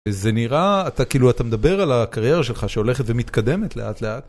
זה נראה כאילו אתה מדבר על הקריירה שלך שהולכת ומתקדמת לאט לאט.